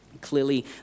Clearly